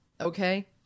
Okay